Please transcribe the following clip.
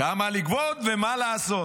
כמה לגבות ומה לעשות.